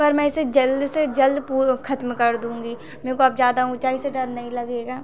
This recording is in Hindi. पर मैं इसे जल्द से जल्द पु ख़त्म कर दूँगी मुझको अब ज़्यादा ऊँचाई से डर नहीं लगेगा